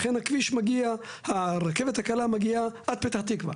לכן הרכבת הקלה מגיעה עד פתח תקוה,